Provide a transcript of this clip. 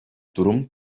durum